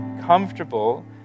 comfortable